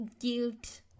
guilt